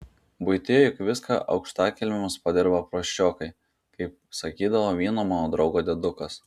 buityje juk viską aukštakilmiams padirba prasčiokai kaip sakydavo vieno mano draugo diedukas